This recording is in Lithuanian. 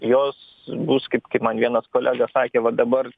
jos bus kaip man vienas kolega sakė va dabar